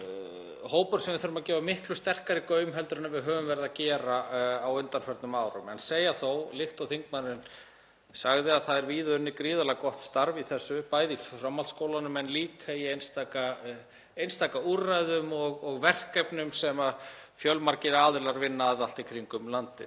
sé hópur sem við þurfum að gefa miklu sterkari gaum heldur en við höfum verið að gera á undanförnum árum. Ég segi þó, líkt og þingmaðurinn sagði, að það er víða unnið gríðarlega gott starf í þessu, bæði í framhaldsskólunum en líka í einstaka úrræðum og verkefnum sem fjölmargir aðilar vinna að allt í kringum landið.